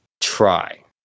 try